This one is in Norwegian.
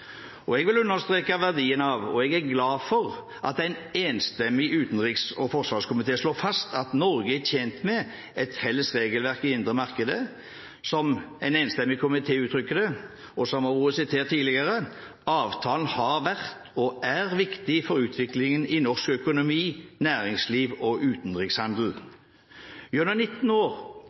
Jeg vil understreke verdien av – og jeg er glad for – at en enstemmig utenriks- og forsvarskomité slår fast at Norge er tjent med et felles regelverk i det indre marked. Som en enstemmig komité uttrykker det, og som det også har vært sitert tidligere, har avtalen «vært og er viktig for utviklingen i norsk økonomi, næringsliv og utenrikshandel». Gjennom 19 år